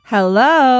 Hello